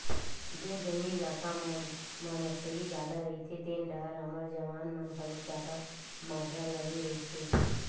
जेन जंगली इलाका मन म नक्सली जादा रहिथे तेन डाहर हमर जवान मन घलो जादा मातरा लगे रहिथे